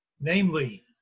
namely